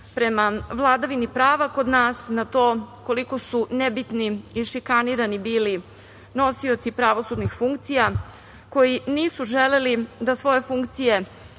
prema vladavini prava kod nas, na to koliko su nebitni i šikanirani bili nosioci pravosudnih funkcija koji nisu želeli da svoje funkcije